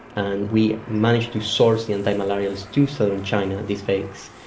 and we managed to source the antimalarials to southern china, these fakes,